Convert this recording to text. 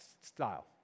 style